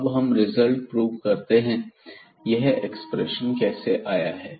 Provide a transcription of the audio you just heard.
अब हम यह रिजल्ट प्रूव करते हैं यह एक्सप्रेशन कैसे आया है